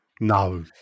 No